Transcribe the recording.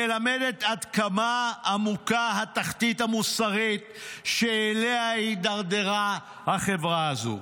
מלמדת עד כמה עמוקה התחתית המוסרית שאליה הידרדרה החברה הזו.